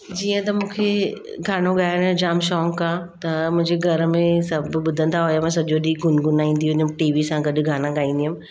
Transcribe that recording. जीअं त मूंखे गानो ॻाइण जो जाम शौक़ु आहे त मुंहिंजे घर में सभु ॿुधंदा हुआ मां सॼो ॾींहुं गुनगुनाईंदी हुअमि टीवी सां गॾु गाना ॻाईंदी हुअमि